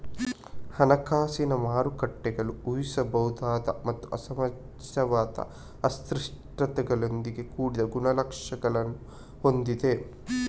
ಹಣಕಾಸಿನ ಮಾರುಕಟ್ಟೆಗಳು ಊಹಿಸಬಹುದಾದ ಮತ್ತು ಅಸಮಂಜಸವಾದ ಅಸ್ಪಷ್ಟತೆಗಳಿಂದ ಕೂಡಿದ ಗುಣಲಕ್ಷಣಗಳನ್ನು ಹೊಂದಿವೆ